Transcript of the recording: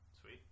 Sweet